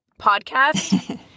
podcast